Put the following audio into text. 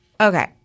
Okay